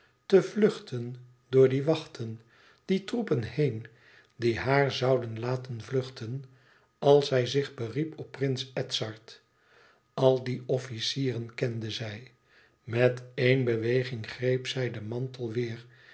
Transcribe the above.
te vluchten door die wachten die troepen heen die haar zouden làten vluchten als zij zich beriep op prins edzard al die officieren kende zij met één beweging greep zij den mantel weêr